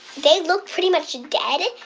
they look pretty much dead.